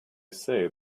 say